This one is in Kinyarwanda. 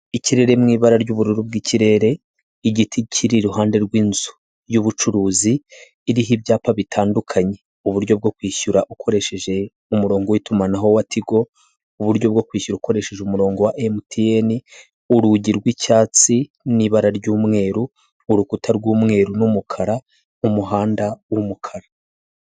Ikirere mu ibara ry'ubururu bw'ikirere, igiti kiri iruhande rw'inzu y'ubucuruzi iriho ibyapa bitandukanye, uburyo bwo kwishyura ukoresheje umurongo w'itumanaho wa tigo, uburyo bwo kwishyura ukoresheje umurongo wa emutiyeni, urugi rw'icyatsi n'ibara ry'umweru, urukuta rw'umweru n'umukara mu muhanda w'umukara.